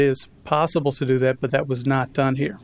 is possible to do that but that was not done here